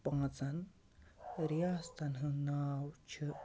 پانٛژَن رِیاستَن ہُنٛد ناو چھِ